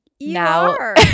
now